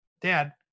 Dad